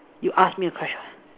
you ask me a question